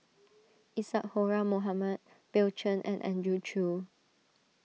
Isadhora Mohamed Bill Chen and Andrew Chew